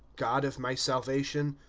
god of my salvation,